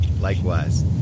Likewise